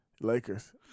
Lakers